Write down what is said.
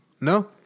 No